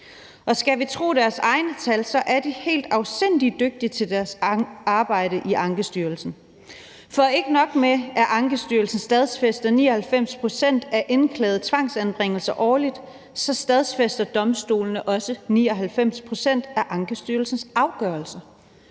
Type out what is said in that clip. Og skal vi tro deres egne tal, er de helt afsindig dygtige til deres arbejde i Ankestyrelsen. For ikke nok med, at Ankestyrelsen stadfæster 99 pct. af indklagede tvangsanbringelser årligt, så stadfæster domstolene også 99 pct. af Ankestyrelsens afgørelser.